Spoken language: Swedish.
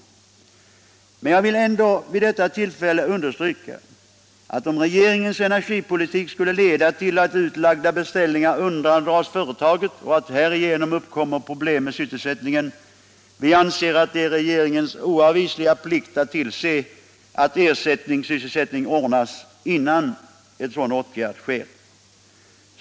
Men jag vill ändock vid detta tillfälle understryka att om regeringens energipolitik skulle leda till att utlagda beställningar undandras företaget och problem med sysselsättningen härigenom uppkommer, så anser vi att det är regeringens oavvisliga plikt att tillse att ersättningssysselsättning anordnas innan så sker.